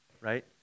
right